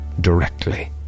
directly